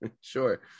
sure